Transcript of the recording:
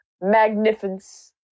Magnificence